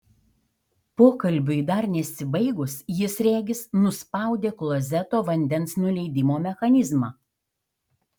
pokalbiui dar nesibaigus jis regis nuspaudė klozeto vandens nuleidimo mechanizmą